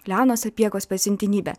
leono sapiegos pasiuntinybė